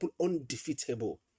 undefeatable